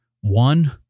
one